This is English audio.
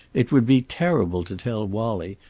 it would be terrible to tell wallie,